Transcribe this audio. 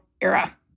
era